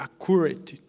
accurate